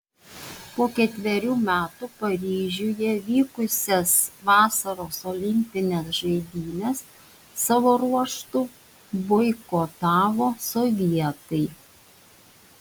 po ketverių metų paryžiuje vykusias vasaros olimpines žaidynes savo ruožtu boikotavo sovietai